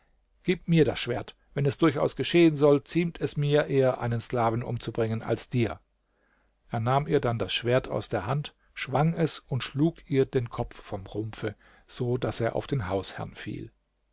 gib mir das schwert wenn es durchaus geschehen soll ziemt es mir eher einen sklaven umzubringen als dir er nahm ihr dann das schwert aus der hand schwang es und schlug ihr den kopf vom rumpfe so daß er auf den hausherrn fiel